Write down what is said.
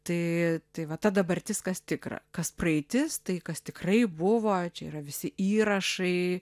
tai tai va ta dabartis kas tikra kas praeitis tai kas tikrai buvo čia yra visi įrašai